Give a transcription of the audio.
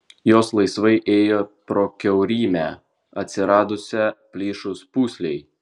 jos laisvai ėjo pro kiaurymę atsiradusią plyšus pūslei